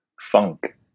Funk